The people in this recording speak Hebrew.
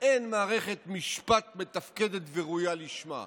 אין מערכת משפט מתפקדת וראויה לשמה.